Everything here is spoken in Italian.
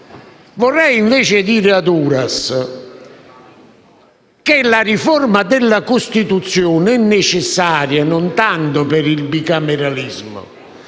Vorrei, invece, dire al senatore Uras che la riforma della Costituzione è necessaria non tanto per il bicameralismo,